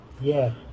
Yes